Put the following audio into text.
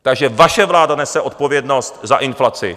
Takže vaše vláda nese odpovědnost za inflaci.